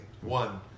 One